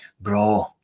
bro